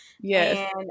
Yes